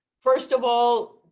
first of all,